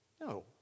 No